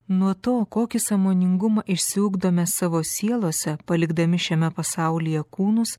nuo to kokį sąmoningumą išsiugdome savo sielose palikdami šiame pasaulyje kūnus